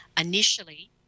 initially